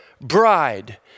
bride